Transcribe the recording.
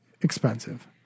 expensive